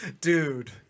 Dude